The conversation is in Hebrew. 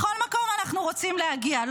לכל מקום אנחנו רוצים להגיע.